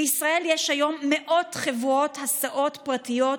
בישראל יש היום מאות חברות הסעות פרטיות,